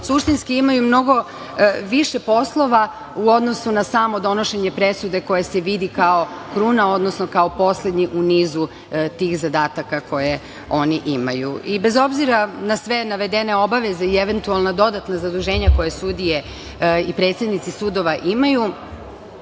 suštinski imaju mnogo više poslova u odnosu na samo donošenje presude koja se vidi kao kruna, odnosno kao poslednji u nizu tih zadataka koje oni imaju. Bez obzira na sve navedene obaveze i eventualna dodatna zaduženja koje sudije i predsednici sudova imaju,